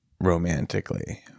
romantically